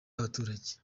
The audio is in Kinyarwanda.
abaturage